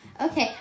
Okay